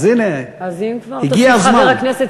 אז הנה, הגיע הזמן.